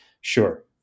Sure